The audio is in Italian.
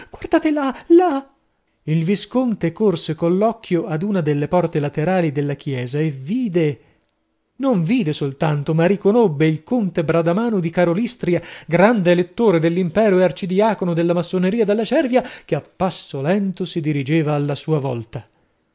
guardate là là il visconte corse coll'occhio ad una delle porte laterali della chiesa e vide non vide soltanto ma riconobbe il conte bradamano di karolystria grande elettore dell'impero e arcidiacono della massoneria della cervia che a passo lento si dirigeva alla sua volta